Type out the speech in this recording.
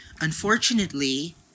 unfortunately